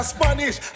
Spanish